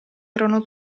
erano